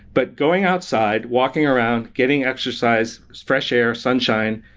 but going outside, walking around, getting exercise, fresh air, sunshine,